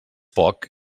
poc